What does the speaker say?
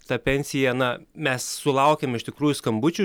tą pensiją na mes sulaukiam iš tikrųjų skambučių